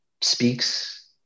speaks